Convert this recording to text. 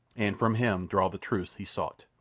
and from him draw the truths he sought.